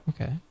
Okay